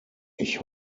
ich